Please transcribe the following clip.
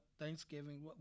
Thanksgiving